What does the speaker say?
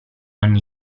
ogni